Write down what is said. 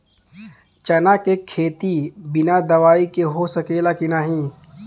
चना के खेती बिना दवाई के हो सकेला की नाही?